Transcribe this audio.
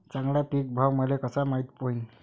चांगला पीक भाव मले कसा माइत होईन?